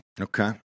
Okay